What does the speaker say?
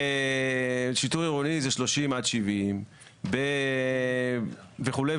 בשיטור עירוני זה 70%-30% וכו'?